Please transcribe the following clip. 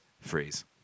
Freeze